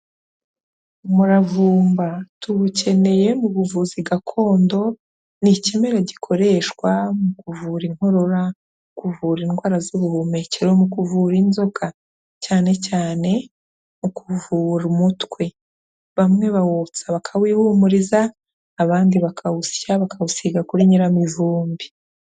Umuravumba tuwukeneye mu buvuzi gakondo, ni ikimera gikoreshwa mu kuvura inkorora kuvura indwara z'ubuhumekero mu kuvura inzoka cyane cyanevura umutwe, bamwe bawutsa bakawihumuriza abandi bakawusya bakawusiga kuri nyiramivumbi.